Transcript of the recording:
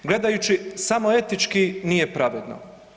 Gledajući samo etički, nije pravedno.